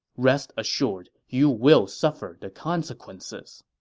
rest assured, you will suffer the consequences.